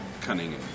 cunning